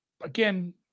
again